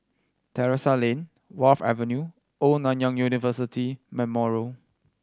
Terrasse Lane Wharf Avenue Old Nanyang University Memorial